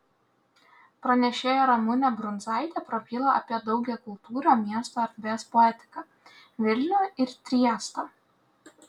pranešėja ramunė brunzaitė prabyla apie daugiakultūrio miesto erdvės poetiką vilnių ir triestą